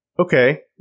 Okay